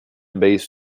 based